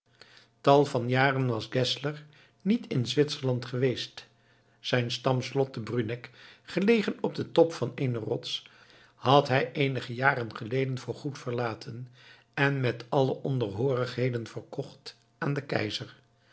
tal van jaren was geszler niet in zwitserland geweest zijn stamslot de bruneck gelegen op den top van eene rots had hij eenige jaren geleden voor goed verlaten en met alle onderhoorigheden verkocht aan den keizer